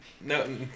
No